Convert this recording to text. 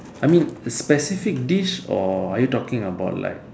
I mean specific dish or are you talking about like